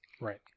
Right